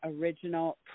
original